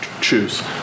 choose